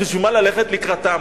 אז בשביל מה ללכת לקראתם?